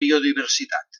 biodiversitat